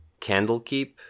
Candlekeep